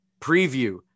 preview